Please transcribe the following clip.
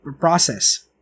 process